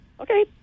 Okay